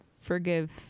forgive